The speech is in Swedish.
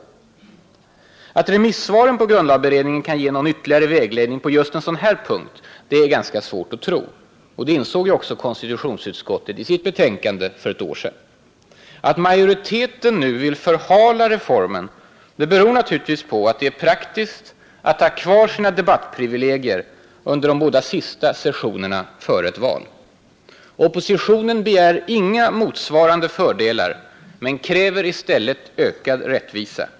Det är ganska svårt att tro att remissvaren till grundlagberedningen kan ge någon ytterligare vägledning på just en sådan här punkt. Det insåg också konstitutionsutskottet i sitt betänkande för ett år sedan. Att majoriteten nu vill förhala reformen beror naturligtvis på att det är praktiskt att ha kvar sina debattprivilegier under de båda sista sessionerna före ett val. Oppositionen begär inga motsvarande fördelar, men kräver i stället ökad rättvisa.